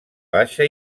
baixa